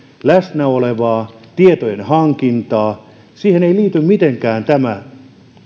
läsnä olevaa tietojen hankintaa siihen ei liity mitenkään tämä